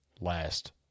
last